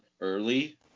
early